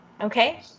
Okay